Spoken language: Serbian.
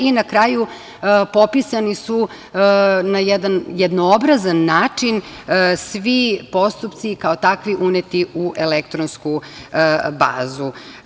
I na kraju popisani su na jednoobrazan način svi postupci i kao takvi uneti u elektronsku bazu.